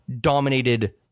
dominated